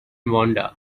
vonda